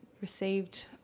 received